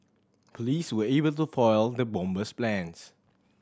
police were able to foil the bomber's plans